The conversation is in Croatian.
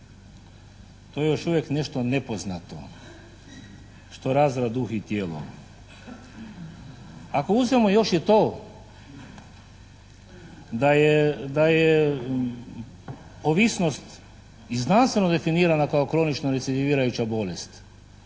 To je još uvijek nešto nepoznato što razara duh i tijelo. Ako uzmemo još i to da je ovisnost i znanstveno definirana kao kronično recidivirajuća bolest